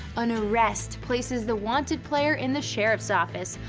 an arrest places the wanted player in the sheriff's office,